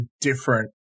different